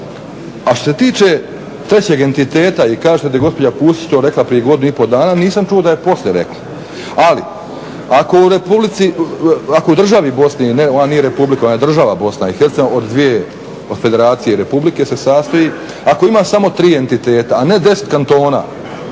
A što se tiče trećeg entiteta i kažete da je gospođa Pusić to rekla prije godinu i pol dana, nisam čuo da je poslije rekla. Ali ako u državi BiH, ona nije republika ona je država BiH, od federacije i republike se sastoji, ako ima samo 3 entiteta, a ne 10 kantona